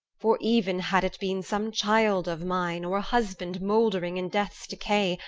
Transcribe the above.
for even had it been some child of mine, or husband mouldering in death's decay,